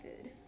food